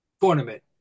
tournament